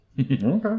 Okay